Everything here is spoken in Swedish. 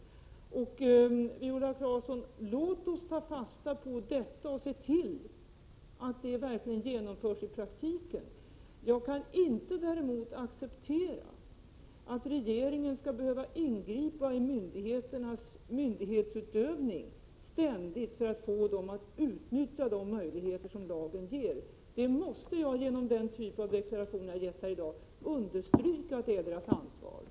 Låt oss ta fasta på detta, Viola Claesson, och se till att det verkligen genomförs i praktiken. Jag kan däremot inte acceptera att regeringen ständigt skall behöva ingripa i myndighetsutövningen för att få myndigheterna att utnyttja de möjligheter som lagen ger. Det är deras ansvar, och det måste jag understryka genom den typ av deklarationer som jag har gjort här i dag.